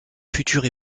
future